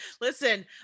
Listen